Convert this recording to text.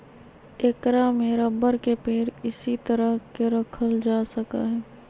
ऐकरा में रबर के पेड़ इसी तरह के रखल जा सका हई